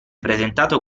presentato